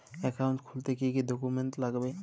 Account খুলতে কি কি ডকুমেন্ট লাগবে?